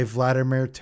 Vladimir